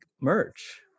merch